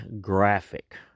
graphic